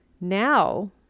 now